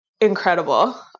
incredible